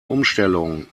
umstellung